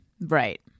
Right